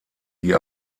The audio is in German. die